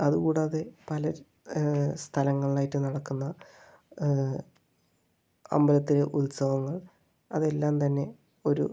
അതുകൂടാതെ പല സ്ഥലങ്ങളിൽ ആയിട്ട് നടക്കുന്ന അമ്പലത്തിലെ ഉത്സവങ്ങൾ അതെല്ലാം തന്നെ ഒരു